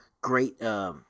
Great